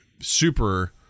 super